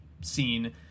scene